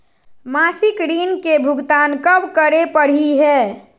मासिक ऋण के भुगतान कब करै परही हे?